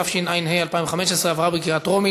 התשע"ה 2015,